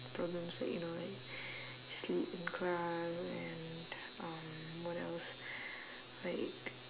problems like you know like sleep in class and um what else like